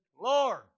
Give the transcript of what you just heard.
Lord